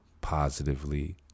Positively